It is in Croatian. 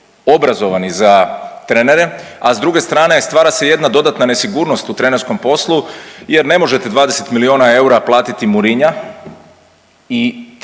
za trenere, a s druge strane stvara se jedna dodatna nesigurnost u trenerskom poslu jer ne možete 20 milijuna eura platiti Mourinhoa i takve